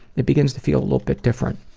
it begins to feel a little bit different.